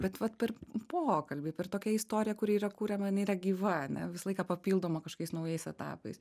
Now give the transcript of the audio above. bet vat per pokalbį per tokią istoriją kuri yra kuriama jinai yra gyva ar ne visą laiką papildoma kažkokiais naujais etapais